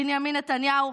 בנימין נתניהו?